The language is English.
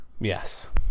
Yes